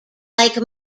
like